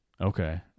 Okay